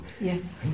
yes